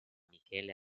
michele